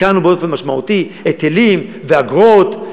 הקלנו באופן משמעותי היטלים ואגרות,